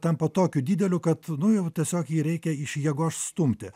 tampa tokiu dideliu kad nu jau tiesiog jį reikia iš jėgos stumti